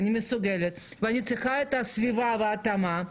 אני מסוגלת ואני צריכה את הסביבה וההתאמה,